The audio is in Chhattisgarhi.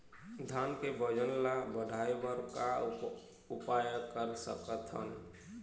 धान के वजन ला बढ़ाएं बर का उपाय कर सकथन?